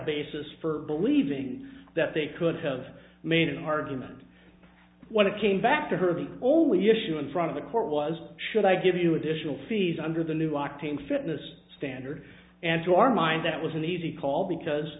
basis for believing that they could have made an argument when it came back to her the only issue in front of the court was should i give you additional fees under the new octane fitness standard and to our mind that was an easy call because